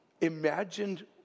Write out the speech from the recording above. imagined